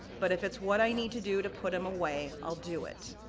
but if it's what i need to do to put him away, i'll do it.